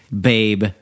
Babe